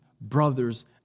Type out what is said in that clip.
brothers